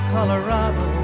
Colorado